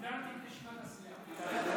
ביטלתי את ישיבת הסיעה.